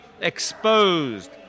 exposed